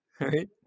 right